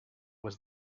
was